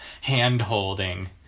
hand-holding